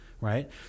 right